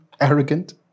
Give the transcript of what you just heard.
Arrogant